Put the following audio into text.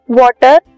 water